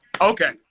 Okay